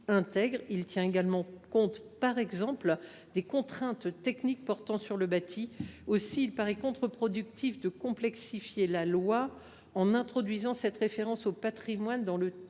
ci tient également compte, par exemple, des contraintes techniques portant sur le bâti. Aussi, il paraît contre productif de complexifier la loi en introduisant cette référence au patrimoine dans l’intitulé